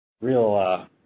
real